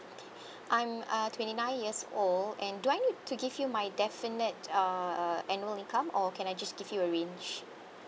okay I'm uh twenty nine years old and do I need to give you my definite uh annual income or can I just give you a range